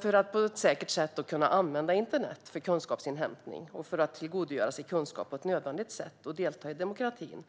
för att på ett säkert sätt kunna använda internet för kunskapsinhämtning, tillgodogöra sig kunskap på ett nödvändigt sätt och delta i demokratin.